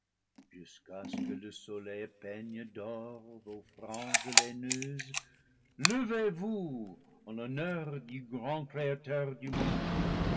jusqu'à ce que le soleil peigne d'or vos franges laineuses levez vous en l'honneur du grand créateur du monde